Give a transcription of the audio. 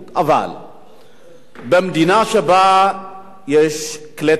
אבל במדינה שבה יש כלי תקשורת,